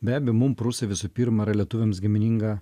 be abejo mum prūsai visų pirma yra lietuviams gimininga